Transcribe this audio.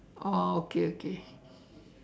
oh okay okay